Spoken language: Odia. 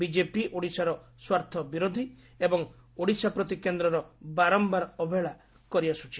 ବିଜେପି ଓଡ଼ିଶାର ସ୍ୱାର୍ଥ ବିରୋଧୀ ଏବଂ ଓଡ଼ିଶା ପ୍ରତି କେନ୍ଦର ବାରମ୍ୟାର ଅବହେଳା କରିଆସ୍ସଛି